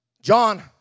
John